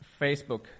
Facebook